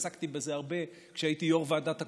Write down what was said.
עסקתי בזה הרבה כשהייתי יו"ר ועדת הקורונה,